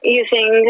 using